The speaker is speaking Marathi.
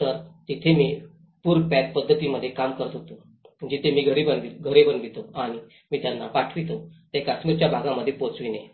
तर तिथे मी पूर पॅक पध्दतींमध्ये काम करीत होतो जिथे मी घरे बनवितो आणि मी त्यांना पाठवितो तेथे काश्मीरच्या भागामध्ये पोचविणे